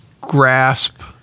grasp